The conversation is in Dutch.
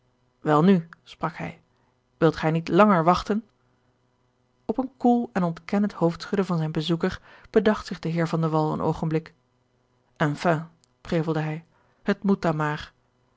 welnu sprak hij wilt gij niet langer wachten op een koel en ontkennend hoofdschudden van zijn bezoeker bedacht zich de heer van de wall een oogenblik enfin prevelde hij het moet dan maar